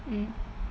mm